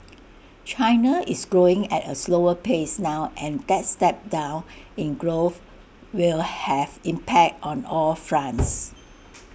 China is growing at A slower pace now and that step down in growth will have impact on all fronts